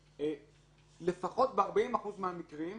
ואז היא מנוהלת לפי הריבית המוסכמת,